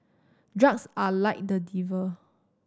drugs are like the devil